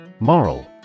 Moral